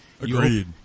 agreed